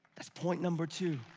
that's point number two.